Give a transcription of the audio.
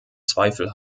zweifel